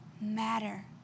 matter